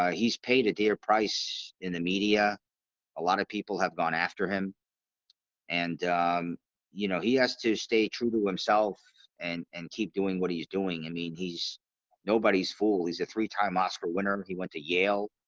ah he's paid a dear price in the media a lot of people have gone after him and um you know, he has to stay true to himself and and keep doing what he's doing. i and mean he's nobody's full. he's a three-time oscar winner. he went to yale